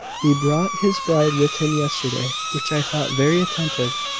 he brought his bride with him yesterday, which i thought very attentive,